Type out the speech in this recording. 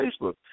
Facebook